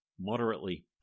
moderately